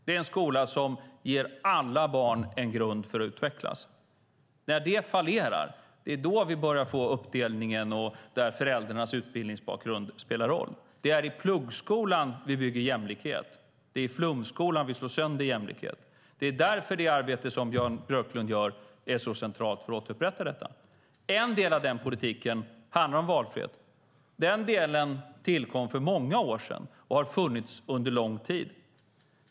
Det är en skola som ger alla barn en grund för att utvecklas. Det är när det här fallerar vi börjar få uppdelningen där föräldrarnas utbildningsbakgrund spelar roll. Det är i pluggskolan vi bygger jämlikhet. Det är i flumskolan vi slår sönder jämlikhet. Det är därför det arbete Jan Björklund gör är så centralt för att återupprätta detta. En del av den politiken handlar om valfrihet. Den delen tillkom för många år sedan och har funnits under lång tid.